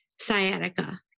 sciatica